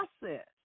process